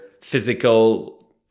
physical